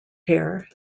hair